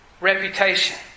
reputation